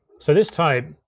so this tape,